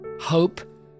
hope